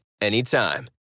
anytime